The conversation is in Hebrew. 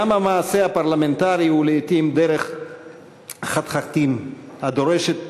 גם המעשה הפרלמנטרי הוא לעתים דרך חתחתים הדורשת תמרון,